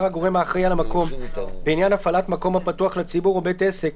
הגורם האחראי על המקום בעניין הפעלת מקום הפתוח לציבור או בית עסק,